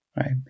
right